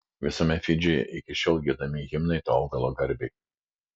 visame fidžyje iki šiol giedami himnai to augalo garbei